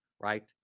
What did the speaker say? Right